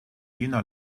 jena